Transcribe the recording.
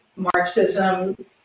Marxism